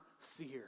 fear